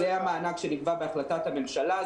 זה המענק שנקבע בהחלטת הממשלה.